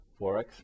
4x